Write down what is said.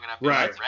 Right